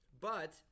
but